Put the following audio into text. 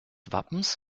wappens